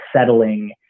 settling